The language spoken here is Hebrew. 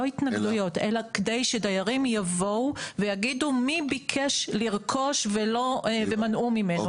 לא התנגדויות אלא כדי שדיירים יבואו ויגידו מי ביקש לרכוש ומנעו ממנו.